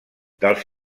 dels